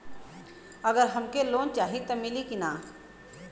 अगर हमके लोन चाही त मिली की ना?